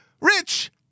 rich